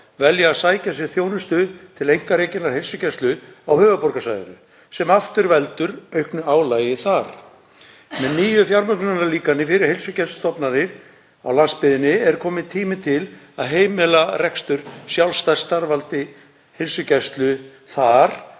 velja að sækja sér þjónustu til einkarekinnar heilsugæslu á höfuðborgarsvæðinu sem aftur veldur auknu álagi þar. Með nýju fjármögnunarlíkani fyrir heilsugæslustofnanir á landsbyggðinni er kominn tími til að heimila rekstur sjálfstætt starfandi heilsugæslu þar